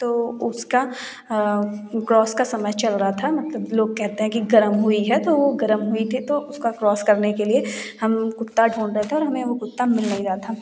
तो उसका क्रॉस का समय चल रहा था मतलब लोग कहते हैं कि गर्म हुई है तो गर्म हुई थी तो उसका क्रॉस करने के लिए हम कुत्ता ढूंढ रहे थे और हमें वह कुत्ता मिल नहीं रहा था